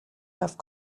have